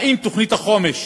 האם תוכנית החומש